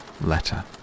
Letter